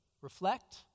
reflect